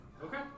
Okay